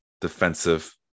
defensive